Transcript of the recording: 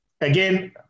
again